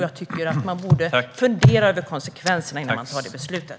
Jag tycker att man borde fundera över konsekvenserna innan man fattar det beslutet.